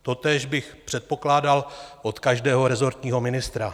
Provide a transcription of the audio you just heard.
Totéž bych předpokládal od každého resortního ministra.